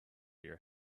your